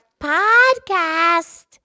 podcast